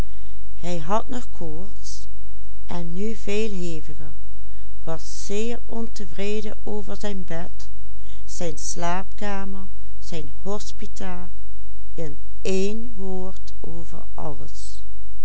slaapkamer zijn hospita in één woord over alles